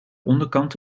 onderkant